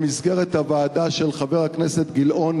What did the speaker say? במסגרת הוועדה של חבר הכנסת גילאון,